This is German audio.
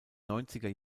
neunziger